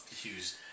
Hughes